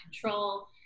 control